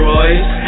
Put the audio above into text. Royce